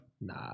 nah